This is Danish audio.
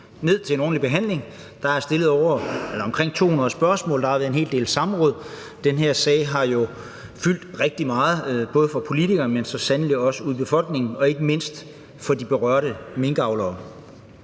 ned til en ordentlig behandling. Der er stillet omkring 200 spørgsmål. Der har været en hel del samråd. Den her sag har jo fyldt rigtig meget, både for politikerne, men så sandelig også ude i befolkningen og ikke mindst hos de berørte minkavlere.